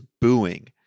booing